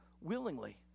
willingly